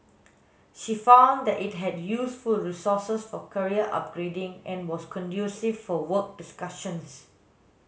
she found that it had useful resources for career upgrading and was conducive for work discussions